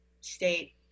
state